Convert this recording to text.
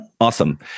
Awesome